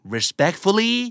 Respectfully